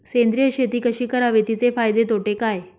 सेंद्रिय शेती कशी करावी? तिचे फायदे तोटे काय?